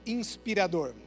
inspirador